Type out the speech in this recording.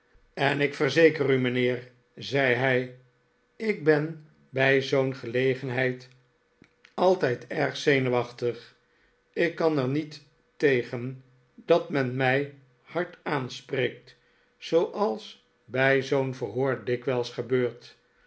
en ik verzeker u mijnheer zei hij ik ben bij zoo'n gelegenheid altijd erg zenuwachtig ik kan er niet tegen dat men mij hard aanspreekt zooals bij zoo'n verhoor dikwijls gebeurt